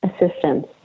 assistance